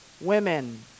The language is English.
women